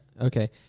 Okay